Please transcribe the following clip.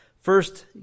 First